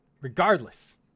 regardless